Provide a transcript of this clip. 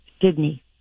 Sydney